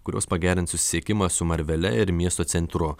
kurios pagerins susisiekimą su marvele ir miesto centru